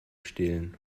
stillen